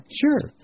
sure